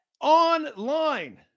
online